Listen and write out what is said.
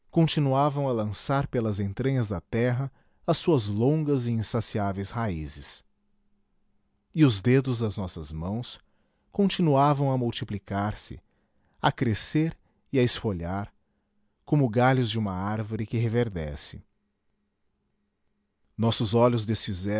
lançar pelas entranhas da terra as suas longas e insaciáveis raízes e os dedos das nossas mãos continuavam a multiplicar se a crescer e a esfolhar como galhos de uma árvore que reverdece nossos olhos